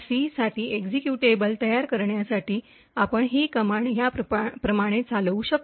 C साठी executable तयार करण्यासाठी आपण ही कमांड याप्रमाणे चालवू शकता g जीसीसी हॅलो